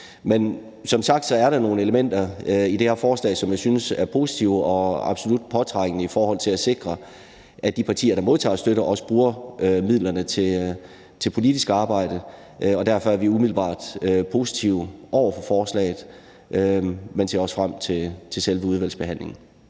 Men som sagt er der nogle elementer i det her forslag, som jeg synes er positive og absolut påtrængende i forhold til at sikre, at de partier, der modtager støtte, også bruger midlerne til politisk arbejde, og derfor er vi umiddelbart positive over for forslaget, men ser også frem til selve udvalgsbehandlingen.